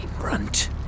Brunt